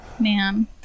man